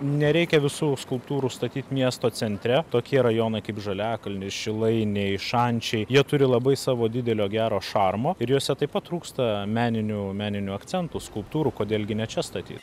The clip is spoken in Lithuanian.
nereikia visų skulptūrų statyt miesto centre tokie rajonai kaip žaliakalnis šilainiai šančiai jie turi labai savo didelio gero šarmo ir juose taip pat trūksta meninių meninių akcentų skulptūrų kodėl gi ne čia statyt